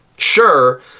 Sure